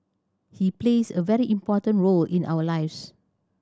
he plays a very important role in our lives